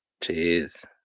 Cheers